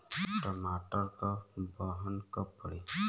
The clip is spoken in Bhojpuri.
टमाटर क बहन कब पड़ी?